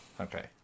Okay